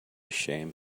shame